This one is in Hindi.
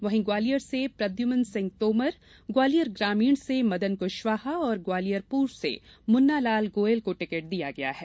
वहीं ग्वालियर से प्रद्यम्न सिंह तोमर ग्वालियर ग्रामीण से मदन कुशवाहा और ग्वालियर पूर्व से मुन्ना लाल गोयल को टिकट दिया है